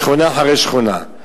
שכונה אחרי שכונה.